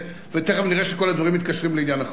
ותיכף נראה שכל הדברים מתקשרים לעניין אחד.